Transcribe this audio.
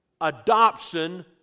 adoption